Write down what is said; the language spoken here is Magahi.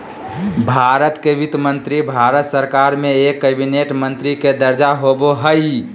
भारत के वित्त मंत्री भारत सरकार में एक कैबिनेट मंत्री के दर्जा होबो हइ